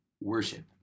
worship